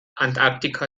antarktika